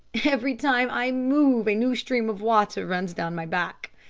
every time i move a new stream of water runs down my back.